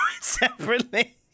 separately